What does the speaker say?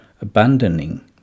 abandoning